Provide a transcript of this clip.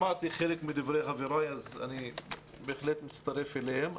שמעתי חלק מדברי חבריי, אז אני בהחלט מצטרף אליהם.